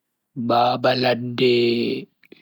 Baba ladde